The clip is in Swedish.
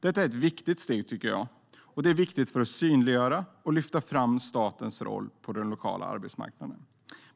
Det är viktiga steg, tycker jag, för att synliggöra och lyfta fram statens roll på den lokala arbetsmarknaden.